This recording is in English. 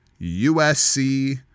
USC